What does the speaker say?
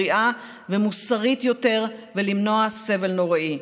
בריאה ומוסרית יותר, ולמנוע סבל נוראי.